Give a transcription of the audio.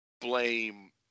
blame